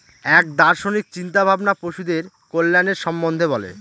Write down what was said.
এক দার্শনিক চিন্তা ভাবনা পশুদের কল্যাণের সম্বন্ধে বলে